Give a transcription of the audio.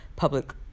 public